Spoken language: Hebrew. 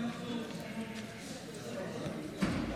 תודה רבה.